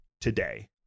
today